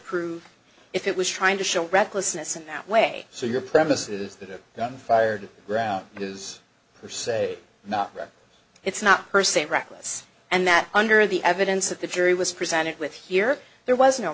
prove if it was trying to show recklessness and that way so your premises the fired ground use to say no it's not per se reckless and that under the evidence that the jury was presented with here there was no